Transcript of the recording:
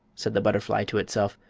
said the butterfly to itself.